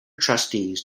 trustees